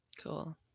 Cool